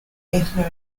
ethno